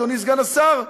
אדוני סגן השר.